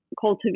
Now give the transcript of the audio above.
cultivate